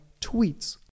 Tweets